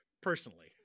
personally